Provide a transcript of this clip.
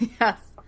yes